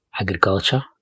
agriculture